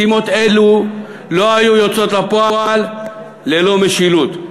משימות אלו לא היו יוצאות לפועל ללא משילות.